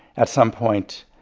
at some point,